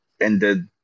ended